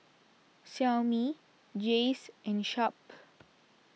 Xiaomi Jays and Sharp